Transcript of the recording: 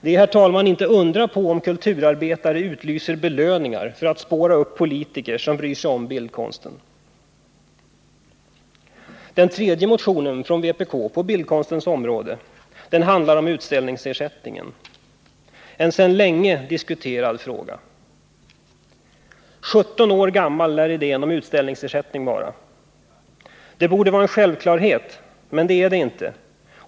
Det är, herr talman, inte att undra på om kulturarbetare utlyser belöningar för att spåra upp politiker som bryr sig om bildkonsten. Den tredje motionen från vpk på bildkonstens område handlar om utställningsersättningen — en sedan länge diskuterad fråga. 17 år gammal lär idén om utställningsersättning vara. Ersättningen borde vara en självklarhet, men det är den inte.